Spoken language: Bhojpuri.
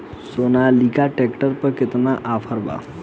सोनालीका ट्रैक्टर पर केतना ऑफर बा?